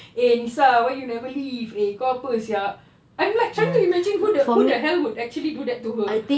eh nisa why you never leave eh kau apa sia I'm like can't imagine who the who the hell would actually do that to her